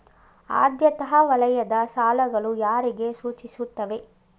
ಆದ್ಯತಾ ವಲಯದ ಸಾಲಗಳು ಯಾರಿಗೆ ಸೂಚಿಸುತ್ತವೆ?